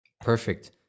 Perfect